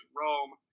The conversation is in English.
Rome